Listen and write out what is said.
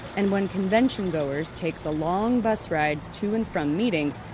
and when convention goers take the long bus rides to and from meetings,